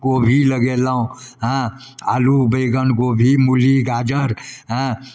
कोबी लगेलहुँ हँ आलू बैगन कोबी मूली गाजर हँ